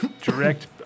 direct